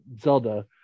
Zelda